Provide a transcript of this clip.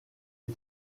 est